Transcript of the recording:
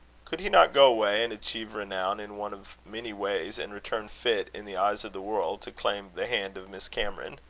could he not go away, and achieve renown in one of many ways, and return fit, in the eyes of the world, to claim the hand of miss cameron?